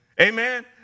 Amen